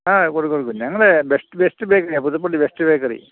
ആ കൊടുക്കും കൊടുക്കും ഞങ്ങൾ ബെസ്റ്റ് ബെസ്റ്റ് ബേക്കറിയാ പുതുപ്പള്ളി ബെസ്റ്റ് ബേക്കറി